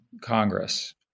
Congress